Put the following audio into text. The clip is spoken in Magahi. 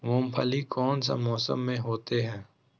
मूंगफली कौन सा मौसम में होते हैं?